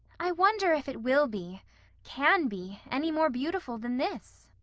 i wonder if it will be can be any more beautiful than this,